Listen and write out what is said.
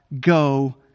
go